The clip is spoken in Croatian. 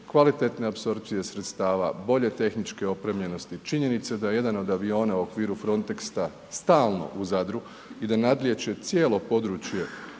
kvalitetne apsorpcije sredstava, bolje tehničke opremljenosti, činjenice da jedan od aviona u okviru Frontexa stalno u Zadru i da nadlijeće cijelo područje